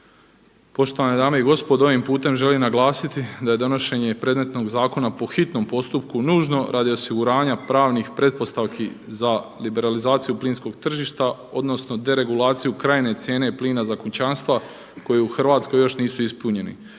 Poštovane dame i gospodo, ovim putem želim naglasiti da je donošenje predmetnog zakona po hitnom postupku nužno radi osiguranja pravnih pretpostavki za liberalizaciju plinskog tržišta, odnosno deregulaciju krajnje cijene plina za kućanstva koji u Hrvatskoj još nisu ispunjeni.